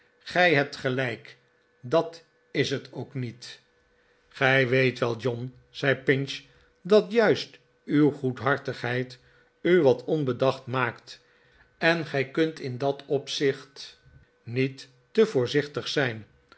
gij hebt gelijk dat is het ook niet gij weet wel john zei pinch dat juist uw goedhartigheid u wat onbedacht maakt en gij kunt in dat opzicht niet te voorzichtig zijn